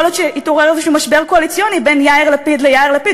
יכול להיות שהתעורר איזה משבר קואליציוני בין יאיר לפיד ליאיר לפיד.